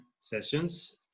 sessions